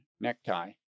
necktie